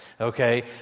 okay